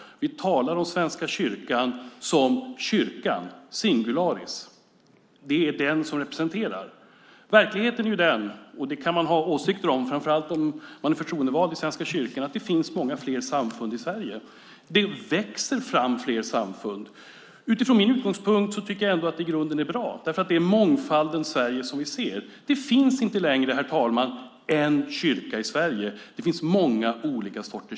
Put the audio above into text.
Vi talar om Svenska kyrkan som "kyrkan", alltså i singularis. Det är den som representerar. Verkligheten är den - och det kan man ha åsikter om, framför allt om man är förtroendevald i Svenska kyrkan - att det finns många fler samfund i Sverige. Det växer fram fler samfund. Utifrån min utgångspunkt tycker jag att det i grunden är bra. Det visar mångfalden i Sverige. Det finns inte längre, herr talman, en enda kyrka i Sverige; det finns många olika kyrkor.